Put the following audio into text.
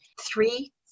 three